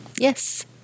Yes